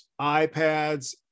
iPads